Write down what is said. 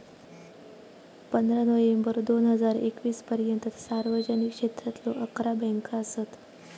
पंधरा नोव्हेंबर दोन हजार एकवीस पर्यंता सार्वजनिक क्षेत्रातलो अकरा बँका असत